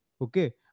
Okay